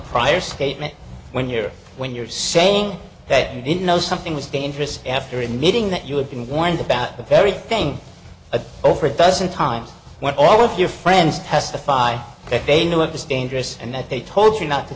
prior statement when you're when you're saying that you didn't know something was dangerous after admitting that you had been warned about the very thing a over a dozen times when all of your friends testify that they knew of this dangerous and that they told you not to